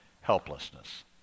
helplessness